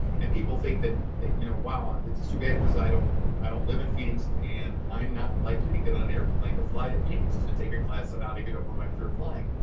and people think that that you know wow that's too bad because i don't i don't live in phoenix and i'm not likely to get on an airplane to fly to phoenix to take a class on how to get over my fear of flying.